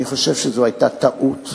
אני חושב שזו היתה טעות,